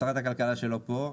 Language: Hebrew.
לשרת הכלכלה שלא פה,